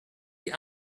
die